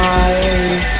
eyes